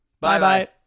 Bye-bye